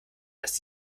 dass